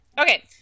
Okay